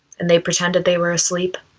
and they pretended they were asleep?